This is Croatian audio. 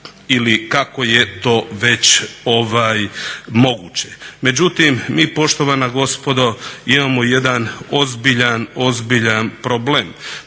ili kako je to već moguće. Međutim mi poštovana gospodo imamo jedan ozbiljan problem.